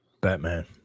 Batman